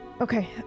Okay